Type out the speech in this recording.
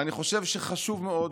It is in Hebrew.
אני חושב שחשוב מאוד,